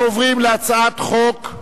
אנחנו עוברים להצעת חוק,